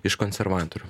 iš konservatorių